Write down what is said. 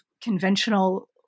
conventional